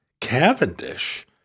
Cavendish